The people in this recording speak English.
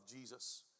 Jesus